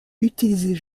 utilisées